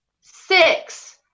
Six